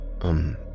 Um